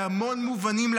בהרבה מאוד מובנים,